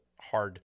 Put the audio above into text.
hard